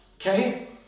okay